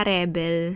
Rebel